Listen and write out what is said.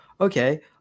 Okay